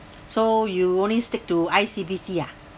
so you only stick to I_C_B_C ah